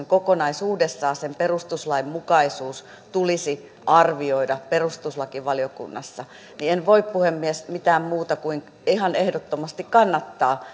kokonaisuudessaan sen perustuslainmukaisuus tulisi arvioida perustuslakivaliokunnassa että en voi puhemies mitään muuta kuin ihan ehdottomasti kannattaa